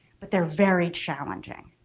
but they're very challenging.